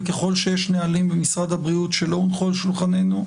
וככל שיש נהלים במשרד הבריאות שלא הונחו על שולחננו,